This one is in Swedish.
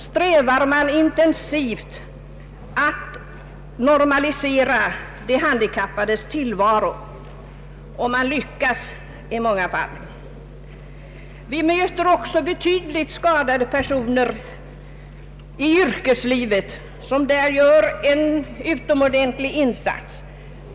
strävar man intensivt att normalisera de handikappades tillvaro, och man lyckas i många fall. Vi möter också betydligt skadade personer i yrkeslivet som där gör en utomordentlig insats.